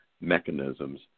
mechanisms